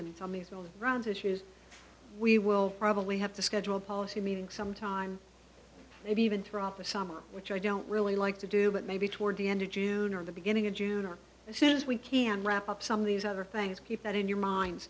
and runs issues we will probably have to schedule a policy meeting some time maybe even throughout the summer which i don't really like to do but maybe toward the end of june or the beginning of june or as soon as we can wrap up some of these other things keep that in your mind